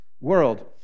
world